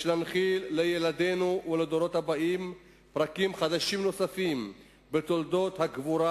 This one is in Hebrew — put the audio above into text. יש להנחיל לילדינו ולדורות הבאים פרקים חדשים נוספים בתולדות הגבורה